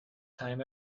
time